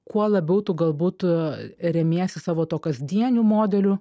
kuo labiau tu galbūt tu remiesi savo tuo kasdieniu modeliu